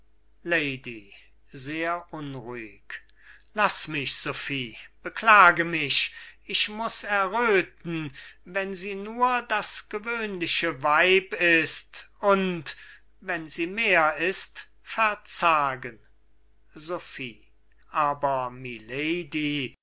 lady sehr unruhig laß mich sophie beklage mich ich muß erröthen wenn sie nur das gewöhnliche weib ist und wenn sie mehr ist verzagen sophie aber milady das